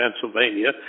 Pennsylvania